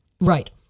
Right